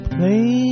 Play